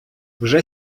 вже